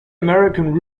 american